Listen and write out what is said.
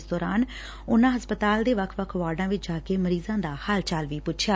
ਇਸ ਦੌਰਾਨ ਉਨ੍ਹਾਂ ਹਸਪਤਾਲ ਦੇ ਵੱਖ ਵਾਰਡਾਂ ਵਿੱਚ ਜਾ ਕੇ ਮਰੀਜ਼ਾਂ ਦਾ ਹਾਲ ਚਾਲ ਪੁੱਛਿਆ